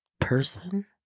person